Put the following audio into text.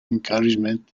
encouragement